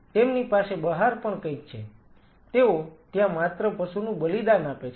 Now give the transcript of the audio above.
તેમની પાસે બહાર પણ કંઈક છે તેઓ ત્યાં માત્ર પશુનું બલિદાન આપે છે